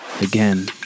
Again